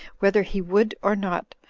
whether he would or not,